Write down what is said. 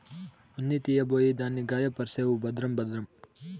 ఉన్ని తీయబోయి దాన్ని గాయపర్సేవు భద్రం భద్రం